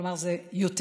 כלומר זה יותר,